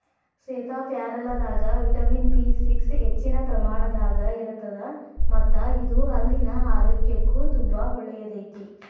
ಸೇತಾಪ್ಯಾರಲದಾಗ vitamin B six ಹೆಚ್ಚಿನ ಪ್ರಮಾಣದಾಗ ಇರತ್ತದ ಮತ್ತ ಇದು ಹಲ್ಲಿನ ಆರೋಗ್ಯಕ್ಕು ತುಂಬಾ ಒಳ್ಳೆಯದೈತಿ